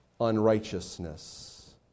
unrighteousness